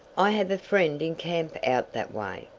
i have a friend in camp out that way.